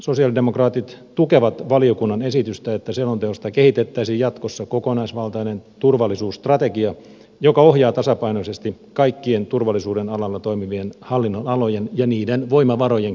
sosialidemokraatit tukevat valiokunnan esitystä että selonteosta kehitettäisiin jatkossa kokonaisvaltainen turvallisuusstrategia joka ohjaa tasapainoisesti kaikkien turvallisuuden alalla toimivien hallinnonalojen ja niiden voimavarojen kehittämistä